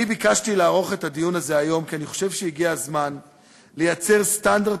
אני ביקשתי לערוך את הדיון הזה היום כי אני חושב שהגיע הזמן לייצר סטנדרט